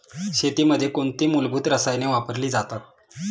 शेतीमध्ये कोणती मूलभूत रसायने वापरली जातात?